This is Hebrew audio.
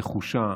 נחושה,